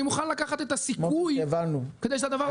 אני מוכן לקחת את הסיכוי, כדי שהדבר הזה יקרה.